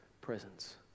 presence